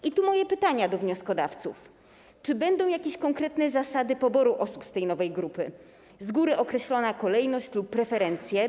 I tu moje pytania do wnioskodawców: Czy będą jakieś konkretne zasady poboru osób z tej nowej grupy, z góry określona kolejność lub preferencje?